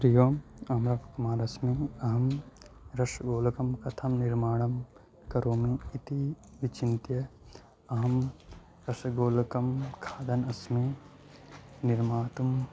हरिः ओं अहम कुमारः अस्मि अहं रश्गोलकं कथं निर्माणं करोमि इति विचिन्त्य अहं रसगोलकं खादन् अस्मि निर्मातुं